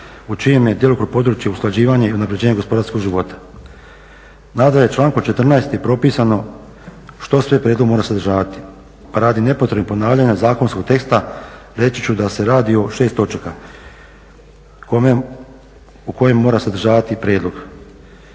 u čijem je djelokrugu područje usklađivanje i unapređenje gospodarskog života. Nadalje, člankom 14. je propisano što sve prijedlog mora sadržavati pa radi nepotrebnog ponavljanja zakonskog teksta reći ću da se radi o 6 točaka koje mora sadržavati prijedlog.